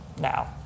Now